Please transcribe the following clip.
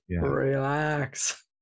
relax